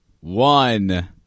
one